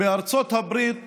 בארצות הברית